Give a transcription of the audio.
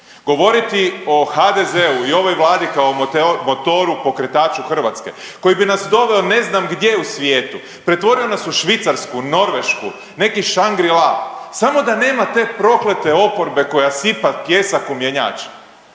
Govoriti o HDZ-u i ovoj vladi kao o motoru pokretaču Hrvatske koji bi nas doveo ne znam gdje u svijetu, pretvorio nas u Švicarsku, Norvešku, neki Shangri-la samo da nema te proklete oporbe koja sipa pijesak u mjenjač.